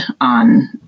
on